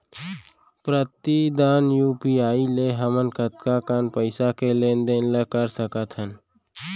प्रतिदन यू.पी.आई ले हमन कतका कन पइसा के लेन देन ल कर सकथन?